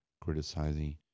criticizing